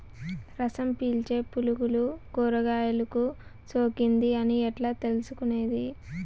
రసం పీల్చే పులుగులు కూరగాయలు కు సోకింది అని ఎట్లా తెలుసుకునేది?